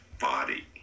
body